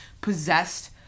possessed